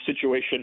situation